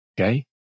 Okay